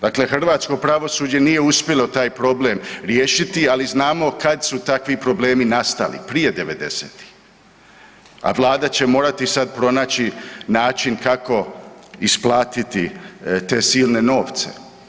Dakle, hrvatsko pravosuđe nije uspjelo taj problem riješiti, ali znamo kad su takvi problemi nastali, prije '90.-tih, a vlada će morati sad pronaći način kako isplatiti te silne novce.